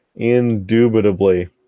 Indubitably